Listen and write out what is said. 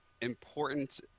important